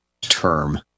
term